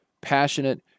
passionate